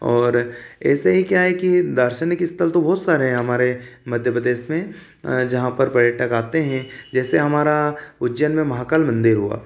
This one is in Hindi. और ऐसे ही क्या है कि दार्शनिक स्थल तो बहुत सारे है हमारे मध्य प्रदेश में जहाँ पर पर्यटक आते है जैसे हमारा उज्जैन में महाकाल मंदिर हुआ